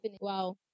Wow